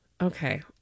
Okay